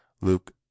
Luke